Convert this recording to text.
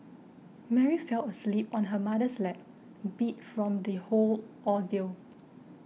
Mary fell asleep on her mother's lap beat from the whole ordeal